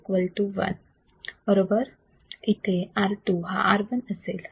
येथे R 2 हा R असेल